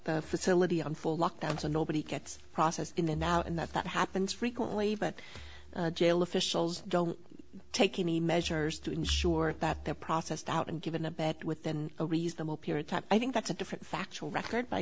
the facility on full lockdown so nobody gets processed in and out and that that happens frequently but jail officials don't take any measures to ensure that they're processed out and given a bat with than a reasonable period time i think that's a different factual record b